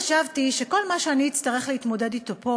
חשבתי שכל מה שאני אצטרך להתמודד אתו פה